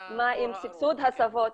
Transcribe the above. אז מה עם סבסוד הסבות.